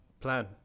plan